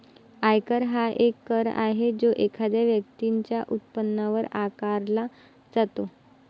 आयकर हा एक कर आहे जो एखाद्या व्यक्तीच्या उत्पन्नावर आकारला जातो